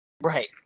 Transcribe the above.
Right